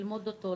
ללמוד אותו,